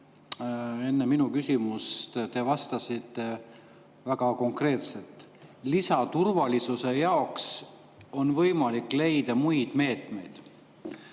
praegust küsimust te vastasite väga konkreetselt: lisaturvalisuse jaoks on võimalik leida muid meetmeid.